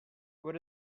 what